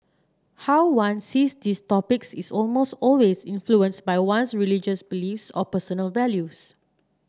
how one sees these topics is almost always influenced by one's religious beliefs or personal values